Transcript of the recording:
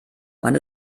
man